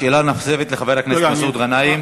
שאלה נוספת לחבר הכנסת מסעוד גנאים.